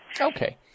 Okay